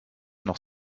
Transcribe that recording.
noch